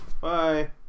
Bye